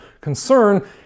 concern